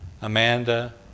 Amanda